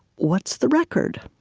what's the record?